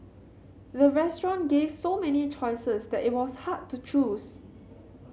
the restaurant gave so many choices that it was hard to choose